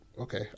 okay